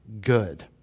good